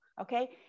okay